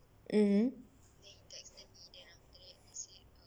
mmhmm